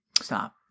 stop